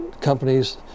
companies